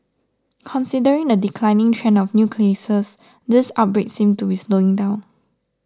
considering the declining trend of new cases this outbreak seems to be slowing down